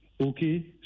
Okay